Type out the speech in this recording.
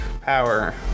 power